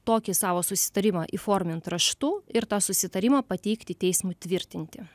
tokį savo susitarimą įformint raštu ir tą susitarimą pateikti teismui tvirtinti